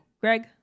Greg